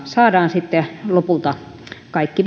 saadaan sitten lopulta kaikki